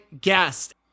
guest